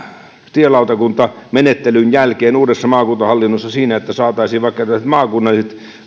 tielautakuntamenettelyn jälkeen uudessa maakuntahallinnossa siinä että saataisiin vaikka tällaiset maakunnalliset